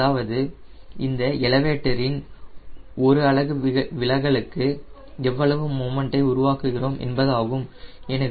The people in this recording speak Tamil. அதாவது இந்த எலவேட்டரின் ஒரு அலகு விலகலுக்கு எவ்வளவு மொமண்டை உருவாக்குகிறோம் என்பதாகும்